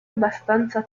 abbastanza